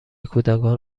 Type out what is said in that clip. کودکان